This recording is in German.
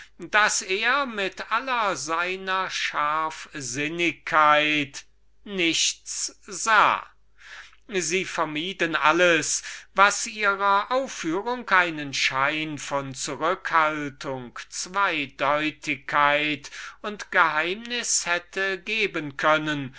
aller seiner scharfsichtigkeit nichts sah sie vermieden alles was ihrem betragen einen schein von zurückhaltung zweideutigkeit und geheimnis hätte geben können